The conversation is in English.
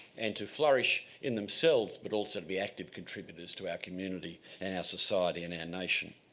and to flourish in themselves but also be active contributors to our community, and society and and nation.